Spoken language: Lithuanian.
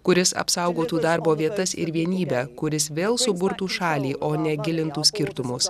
kuris apsaugotų darbo vietas ir vienybę kuris vėl suburtų šalį o ne gilintų skirtumus